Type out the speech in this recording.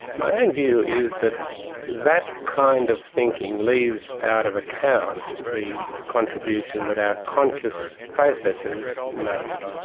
my own view is that that kind of thinking leaves out of account the contribution that our conscious processes make.